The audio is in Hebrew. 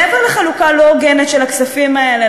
מעבר לחלוקה לא הוגנת של הכספים האלה,